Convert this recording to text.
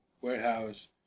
Warehouse